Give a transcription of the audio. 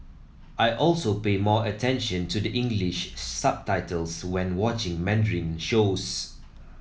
I also pay more attention to the English subtitles when watching Mandarin shows